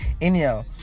anyhow